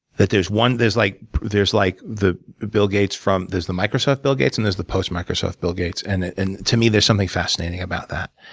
that there's one there's like like the bill gates from there's the microsoft bill gates, and there's the post-microsoft bill gates. and and to me, there's something fascinating about that.